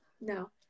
no